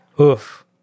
Oof